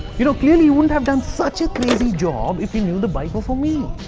you know, clearly you wouldn't have done such a crazy job, if you knew the bike were for me!